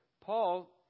Paul